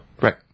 Right